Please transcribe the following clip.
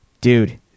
dude